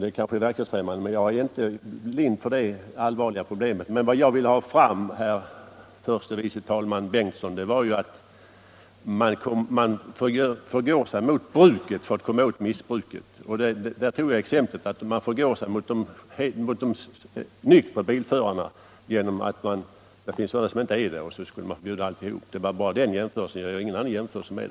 Det kanske är verklighetsfrämmande, men jag är alltså inte blind för detta allvarliga problem. Men vad jag ville framhålla, herr förste vice talman Bengtson, var att man här förgår sig mot bruket för att komma åt missbruket. Jag anförde exemplet att man skulle förgå sig mot de nyktra bilförarna därför att det finns sådana som inte är nyktra, om man skulle förbjuda bilkörningen. Jag gjorde ingen jämförelse i övrigt mellan mellanöl och bilkörning.